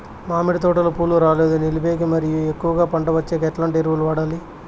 మామిడి తోటలో పూలు రాలేదు నిలిపేకి మరియు ఎక్కువగా పంట వచ్చేకి ఎట్లాంటి ఎరువులు వాడాలి?